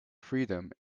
freedom